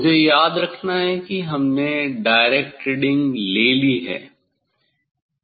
मुझे याद रखना है कि हमने डायरेक्ट रीडिंग ले ली है